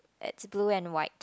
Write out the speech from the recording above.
it's blue and white